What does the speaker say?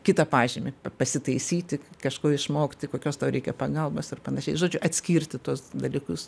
kitą pažymį pasitaisyti kažko išmokti kokios tau reikia pagalbos ir panašiai žodžiu atskirti tuos dalykus